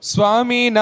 Swami